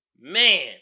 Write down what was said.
man